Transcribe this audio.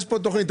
יש פה תכנית,